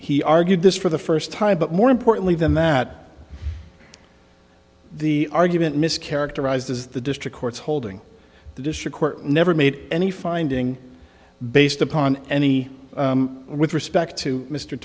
he argued this for the first time but more importantly than that the argument mischaracterizes the district court's holding the district court never made any finding based upon any with respect to mr